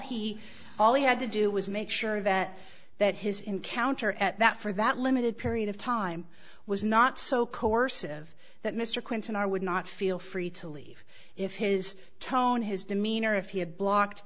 he all he had to do was make sure that that his encounter at that for that limited period of time was not so coercive that mr clinton i would not feel free to leave if his tone his demeanor if he had blocked